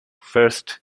first